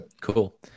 Cool